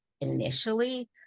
initially